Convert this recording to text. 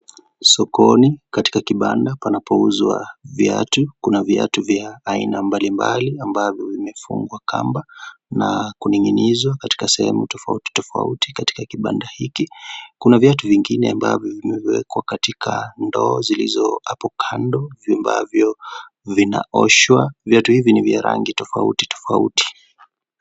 Sokoni katika kibanda panapouzwa viatu, kuna viatu vya aina mbalimbali ambavyo imefungwa Kamba na kuninginia katika sehemu tofauti tofauti katika kibanda hiki. Kuna viatu vingine ambavyo vimeekwa katika ndoo zilizo hapo kando ambavyo vinaoshwa. Viatu hivi ni vya rangi tofauti tofauti.